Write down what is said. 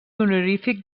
honorífic